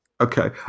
Okay